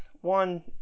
one